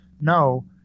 No